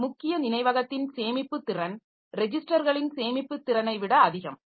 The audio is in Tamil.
இந்த முக்கிய நினைவகத்தின் சேமிப்பு திறன் ரெஜிஸ்டர்களின் சேமிப்பு திறனை விட அதிகம்